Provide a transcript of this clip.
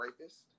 rapist